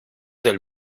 del